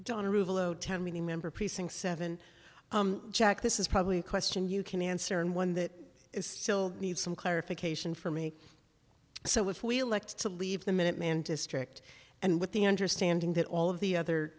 precinct seven jack this is probably a question you can answer and one that is still need some clarification from me so if we elect to leave the minuteman district and with the understanding that all of the other